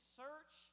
search